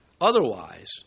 Otherwise